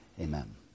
Amen